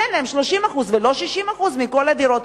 תן להם 30%, ולא 60% מכל הדירות.